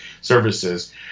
services